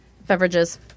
beverages